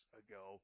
ago